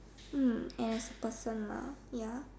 mm as a person lah ya